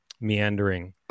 meandering